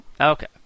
Okay